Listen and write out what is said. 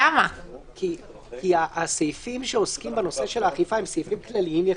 כי הסעיפים שעוסקים בנושא האכיפה הם כלליים יחסית.